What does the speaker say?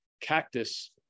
cactus